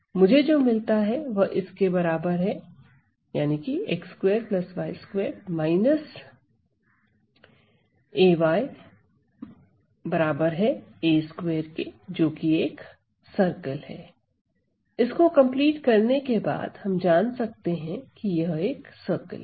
मुझे जो मिलता है वह इस के बराबर है इसको कंप्लीट करने के बाद हम जान सकते हैं कि यह एक सर्कल है